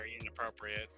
inappropriate